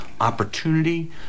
opportunity